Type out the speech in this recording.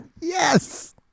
Yes